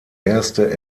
erste